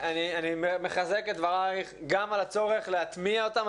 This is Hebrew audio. אני מחזק את דברייך גם על הצורך להטמיע אותם.